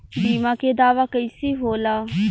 बीमा के दावा कईसे होला?